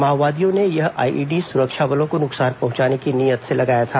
माओवादियों ने यह आईईडी सुरक्षा बलों को नुकंसान पहुंचाने की नीयत से लगाया था